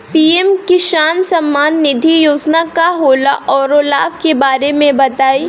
PM Kisan Samman Nidhi Yojana का होला औरो लाभ के बारे में बताई?